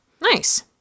nice